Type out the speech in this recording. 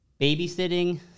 babysitting